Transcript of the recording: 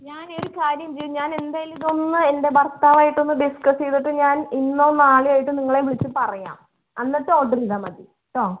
ഞാനേ ഒരു കാര്യം ചെയ്യാം ഞാൻ എന്തായാലും ഇതൊന്ന് എൻ്റെ ഭർത്താവായിട്ടൊന്ന് ഡിസ്കസ് ചെയ്തിട്ട് ഞാൻ ഇന്നോ നാളെയോ ആയിട്ട് നിങ്ങളെ വിളിച്ച് പറയാം എന്നിട്ട് ഓർഡർ ചെയ്താൽ മതി കേട്ടോ